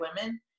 women